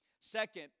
Second